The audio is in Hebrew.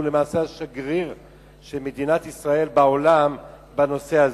והוא למעשה השגריר של מדינת ישראל בעולם בנושא הזה.